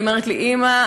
והיא אומרת לי: אימא,